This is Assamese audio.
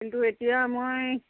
কিন্তু এতিয়া মই